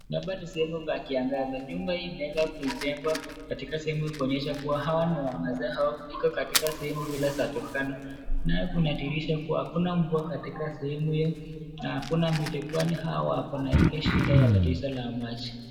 Hapa ni sehemu pa kiangaza .Nyumba hii imewezwa kuijengwa katika sehemu ya kuonyesha kuwa hawa ni wamama zee hawakufika sehemu zile za Turkana .Nayo kuna akilisha kuwa hakuna mvua katika sehemu hii na hakuna miti kwani hawa wako na ile shida ya tatizo la maji.